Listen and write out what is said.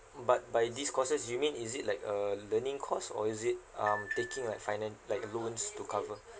but by these courses you mean is it like a learning course or is it um taking like finance like a loans to cover